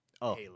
Halo